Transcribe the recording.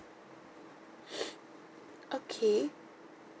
okay